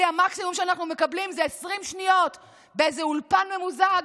כי המקסימום שאנחנו מקבלים זה 20 שניות באיזה אולפן ממוזג,